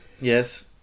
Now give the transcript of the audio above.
Yes